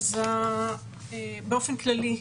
אז, באופן כללי,